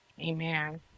Amen